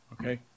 Okay